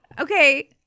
Okay